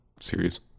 series